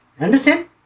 Understand